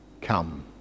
come